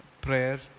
prayer